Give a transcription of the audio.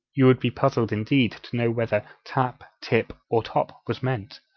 you would be puzzled indeed to know whether tap, tip, or top was meant!